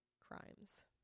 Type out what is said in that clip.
crimes